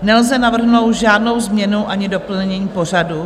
Nelze navrhnout žádnou změnu ani doplnění pořadu.